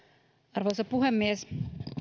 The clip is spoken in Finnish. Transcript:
arvoisa puhemies